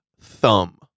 thumb